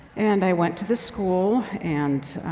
and i went to the school. and,